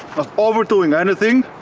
overdoing anything.